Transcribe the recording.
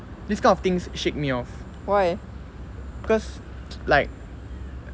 this kind of things shake me off cause like